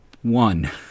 One